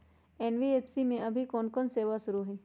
NBFC में अभी कोन कोन सेवा शुरु हई?